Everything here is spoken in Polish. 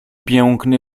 piękny